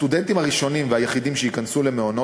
הסטודנטים הראשונים והיחידים שייכנסו למעונות